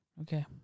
Okay